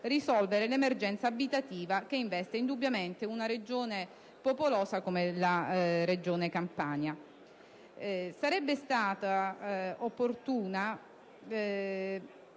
risolvere l'emergenza abitativa che investe indubbiamente una Regione popolosa come la Campania.